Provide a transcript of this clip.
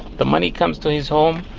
the money comes to his home.